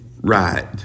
right